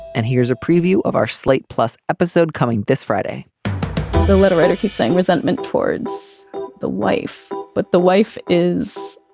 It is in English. and here's a preview of our slate plus episode coming this friday the letter writer keeps saying resentment towards the wife, but the wife is